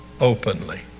openly